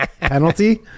Penalty